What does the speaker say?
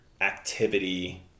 activity